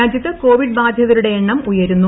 രാജ്യത്ത് കോവിഡ് ബാധിതരുടെ എണ്ണം ഉയരുന്നു